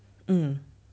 mm